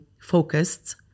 focused